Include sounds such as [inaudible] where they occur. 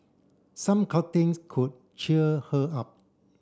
some [unintelligible] could cheer her up